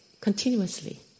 continuously